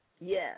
Yes